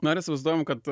na ir įsivaizduojam kad